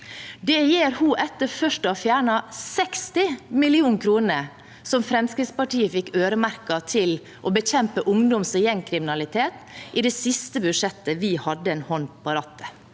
Det gjør hun etter først å ha fjernet 60 mill. kr som Fremskrittspartiet fikk øremerket til å bekjempe ungdoms- og gjengkriminalitet i det siste budsjettet der vi hadde en hånd på rattet.